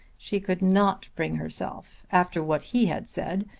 she could not bring herself, after what he had said,